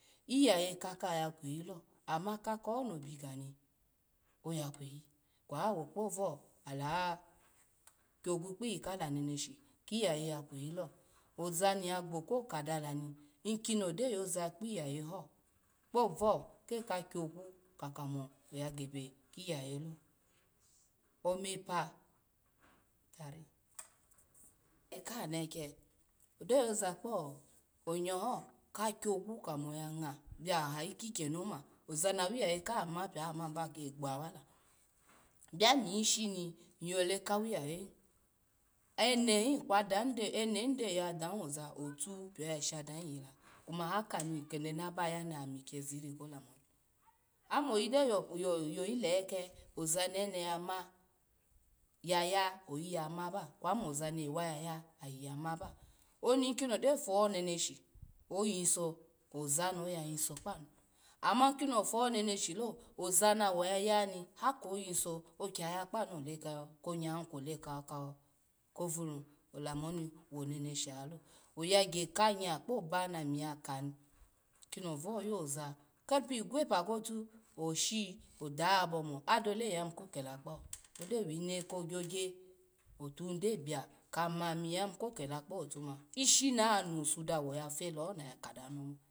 Iyaye akaha ya kweyi lo ama ka koho no bigani oya kweyi, kweyi awo kpovu ala wa kyagu kpiyi kala neneshi, kiyaye ya kweyilo ozani ya gbo ko kadalani, inkoni ogyo yoza kpiyaye, kpovu ga kyagu mo ya gebe kiyaye lo, omep ase kaha neke doyoza kpo nye ho ga kyagu kamo ya ngwo biaha yi kyeni oma oza na wiyeye kaha mapini ahaba gbawa, biami ishini ny yole kawi yaye hini enehin wo dahin, enehin gyo yadahin oza out pini oya shadahin iyi la kuma haka kede nabatani amikize ri kolamu oni. Amoyi gyo yoyi leke ozanene ya ma ya ya oyi yamaba kwo mo za ne wa ya ya oyi yamaba. Oni inkono gyo vu neneshi oyiso zani oya yiso kpa nu ama kino gyovu neneshi lo oza ni oyayani oyiso oki yaviso kpa nu ole konyehi kwo ole kovunu. Olamu oni woneneshi lo, ogya ko nye kpo bana mi ya ka ni ko no baho yoza keripe igwope kotu oshi odabo mo adole nyya yimu ko kela kpawo, ogyo wino kogya gya konotubia kamo mi yayimu ko kela otuma ishi naya nusu dawo yafe laho noma.